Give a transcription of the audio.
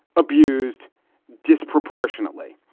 abused disproportionately.